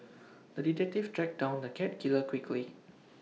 the detective tracked down the cat killer quickly